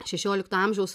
šešiolikto amžiaus